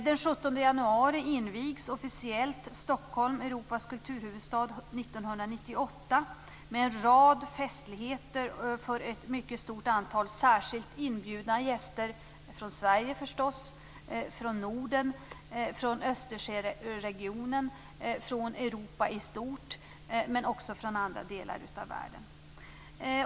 Den 17 januari invigs officiellt Stockholm till Europas kulturhuvudstad 1998 med en rad av festligheter för ett mycket stort antal särskilt inbjudna gäster, förstås från Sverige men också från Norden, från Östersjöregionen, från Europa i stort och även från andra delar av världen.